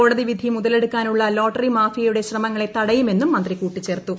കോടതി വിധി മുതലെടുക്കാനുള്ള ലോട്ടറി മാഫിയയുടെ ശ്രമങ്ങളെ തടയുമെന്നും മന്ത്രി കൂട്ടിച്ചേർത്തു